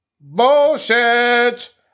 Bullshit